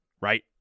Right